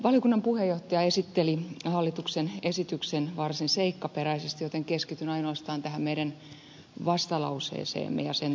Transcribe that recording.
valiokunnan puheenjohtaja esitteli hallituksen esityksen varsin seikkaperäisesti joten keskityn ainoastaan tähän meidän vastalauseeseemme ja sen taustoihin